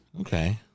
Okay